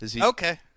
Okay